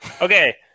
Okay